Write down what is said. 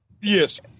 Yes